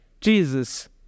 Jesus